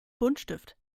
buntstift